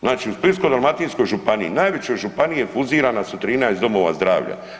Znači u Splitsko-dalmatinskoj županiji, najvećoj županiji je fuzirana su 13 domova zdravlja.